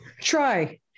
Try